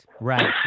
Right